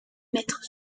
mètres